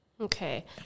Okay